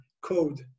code